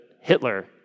Hitler